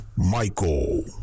Michael